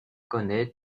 connaît